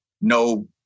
no